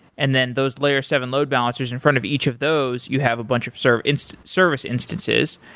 and then those layer seven load balancers in front of each of those, you have a bunch of service service instances.